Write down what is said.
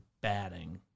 batting